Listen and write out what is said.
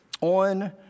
on